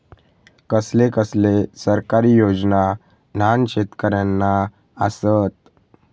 कसले कसले सरकारी योजना न्हान शेतकऱ्यांना आसत?